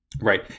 Right